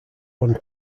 one